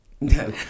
No